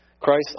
Christ